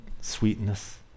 sweetness